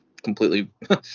completely